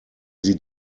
sie